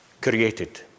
Created